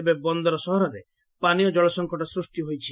ଏବେ ବନ୍ଦର ସହରରେ ପାନୀୟ ଜଳ ସଙ୍କଟ ସୃଷ୍ ହୋଇଛି